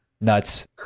nuts